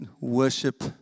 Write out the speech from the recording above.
worship